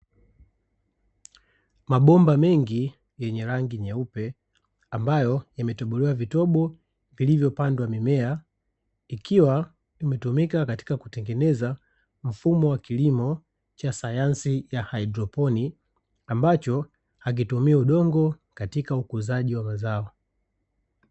Mabomba mengi yenye rangi nyeupe, ambayo yametobolewa vitobo vilivyopandwa mimea, ikiwa imetumika katika kutengeneza mfumo wa kilimo cha sayansi ya haidroponi, ambacho hakitumii udongo katika ukuzaji wa mazao.